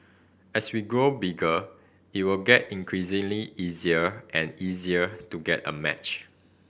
as we grow bigger it will get increasingly easier and easier to get a match